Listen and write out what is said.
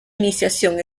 iniciación